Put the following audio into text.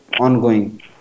ongoing